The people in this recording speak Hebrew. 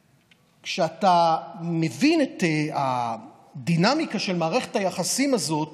וכשאתה מבין את הדינמיקה של מערכת היחסים הזאת